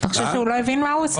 אתה חושב שהוא לא הבין מה הוא עושה?